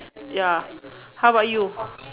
ya how about you